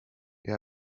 you